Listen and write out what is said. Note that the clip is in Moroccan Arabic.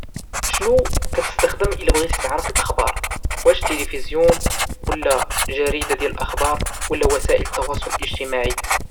شنو كتستخدم الى بغيتي تعرف الاخبار؟ واش التيلفزيون ولى جريدة ديال الاخبار ولى وسائل التواصل الاجتماعي؟